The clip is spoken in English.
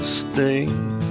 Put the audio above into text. sting